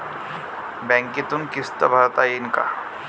बँकेतून किस्त भरता येईन का?